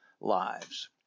lives